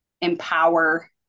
empower